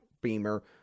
Beamer